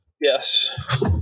Yes